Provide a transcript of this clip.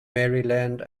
maryland